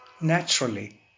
Naturally